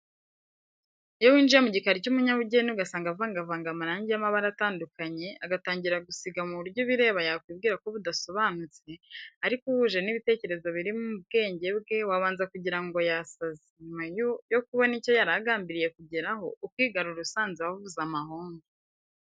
Iyo winjiye mu gikari cy'umunyabugeni ugasanga avangavanga amarangi y'amabara atandukanye, agatangira gusiga mu buryo ubireba yakwibwira ko budasobanutse, ariko ahuje n'ibitekerezo biri mu bwenge bwe; wabanza kugira ngo yasaze, nyuma yo kubona icyo yari agambiriye kugeraho ukigarura usanze wavuze amahomvu.